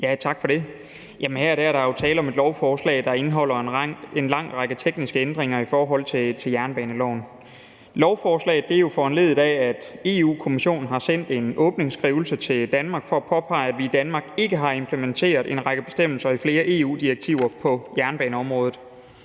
Tak for det. Jamen her er der tale om et lovforslag, der indeholder en lang række tekniske ændringer i forhold til jernbaneloven. Lovforslaget er jo foranlediget af, at EU-Kommissionen har sendt en åbningsskrivelse til Danmark for at påpege, at vi i Danmark ikke har implementeret en række bestemmelser i flere EU-direktiver på jernbaneområdet.